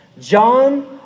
John